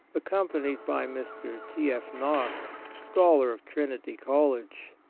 accompanied by mr. t. f. knox, scholar of trinity college,